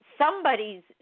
Somebody's